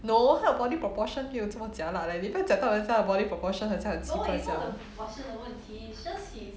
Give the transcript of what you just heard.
no 他的 body proportion 没有这么 jialat leh 你不要讲到人家的 body proportion 很像很奇怪这样